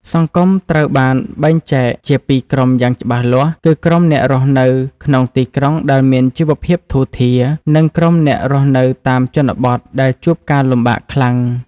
សង្គមត្រូវបានបែងចែកជាពីរក្រុមយ៉ាងច្បាស់លាស់ គឺក្រុមអ្នករស់នៅក្នុងទីក្រុងដែលមានជីវភាពធូរធារ និងក្រុមអ្នករស់នៅតាមជនបទដែលជួបការលំបាកខ្លាំង។